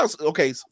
okay